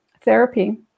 therapy